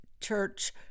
church